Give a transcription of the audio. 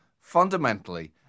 fundamentally